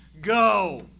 Go